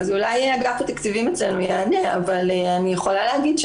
אולי אגף התקציבים אצלנו יענה אבל אני יכולה להגיד,